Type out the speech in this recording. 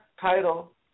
title